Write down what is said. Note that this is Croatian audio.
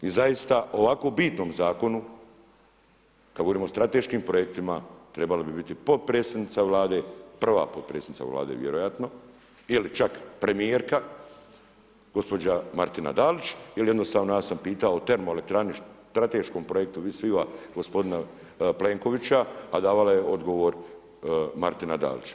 I zaista, ovako bitnom zakonu, kada govorimo o strateškim projektima, trebali bi biti potpredsjednica Vlade, prva potpredsjednica Vlade, vjerojatno ili čak primjerka gospođa Martina Dalić, jer jednostavno, ja sam pitao termoelektranu o strateškom projektu … gospodina Plenkovića, a davala je odgovor Martina Dalić.